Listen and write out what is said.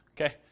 Okay